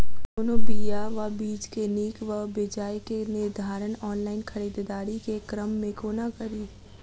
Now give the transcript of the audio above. कोनों बीया वा बीज केँ नीक वा बेजाय केँ निर्धारण ऑनलाइन खरीददारी केँ क्रम मे कोना कड़ी?